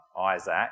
Isaac